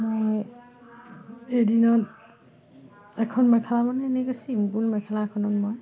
মই এদিনত এখন মেখেলা মানে এনেকে ছিম্পল মেখেলা এখনত মই